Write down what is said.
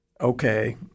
okay